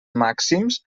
màxims